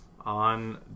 on